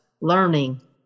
learning